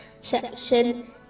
section